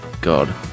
God